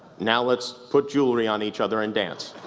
now, let's put jewelry on each other and dance